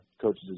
coaches